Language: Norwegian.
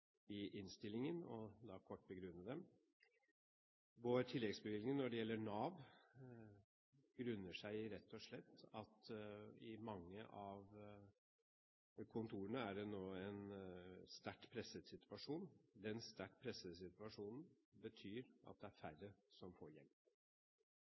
i innstillingen, og kort begrunne dem. Vår tilleggsbevilgning når det gjelder Nav, begrunnes rett og slett i at mange av disse kontorene nå er i en sterkt presset situasjon. Den sterkt pressede situasjonen betyr at det er